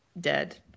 dead